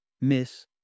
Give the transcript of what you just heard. miss